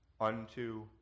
unto